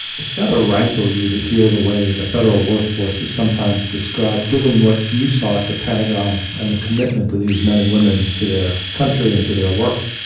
it's got a rankle you to hear the way the federal workforce is sometimes described, given what you saw at the pentagon and the commitment to these men and women to their country and to their work.